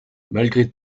malgré